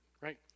right